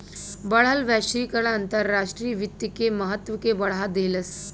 बढ़ल वैश्वीकरण अंतर्राष्ट्रीय वित्त के महत्व के बढ़ा देहलेस